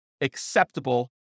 acceptable